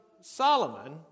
Solomon